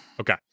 Okay